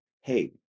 hey